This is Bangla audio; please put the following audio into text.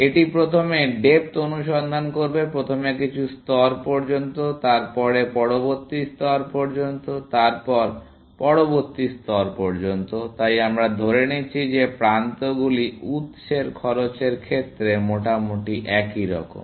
এটি প্রথমে ডেপ্থ অনুসন্ধান করবে প্রথমে কিছু স্তর পর্যন্ত তারপরে পরবর্তী স্তর পর্যন্ত তারপর পরবর্তী স্তর পর্যন্ত তাই আমরা ধরে নিচ্ছি যে প্রান্তগুলি উৎসের খরচের ক্ষেত্রে মোটামুটি একই রকম